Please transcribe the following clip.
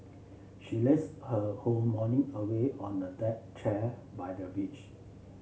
she lazed her whole morning away on a deck chair by the beach